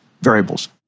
variables